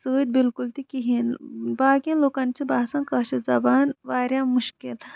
سۭتۍ بِلکُل تہِ کِہینۍ باقین لُکن چھ باسان کٲشِر زَبان واریاہ مُشکِل